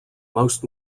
most